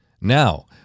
now